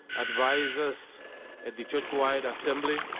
adviseers at the churchwide assembly,